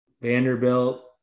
Vanderbilt